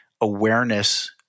awareness